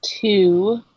two